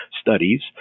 studies